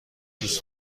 دوست